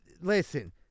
Listen